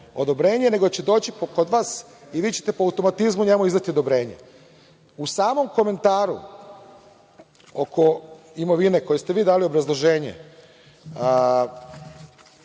odobrenje nego da će doći kod vas i vi ćete po automatizmu njemu izdati odobrenje.U samom komentaru oko imovine, koje ste vi dali obrazloženje,